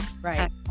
Right